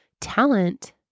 talent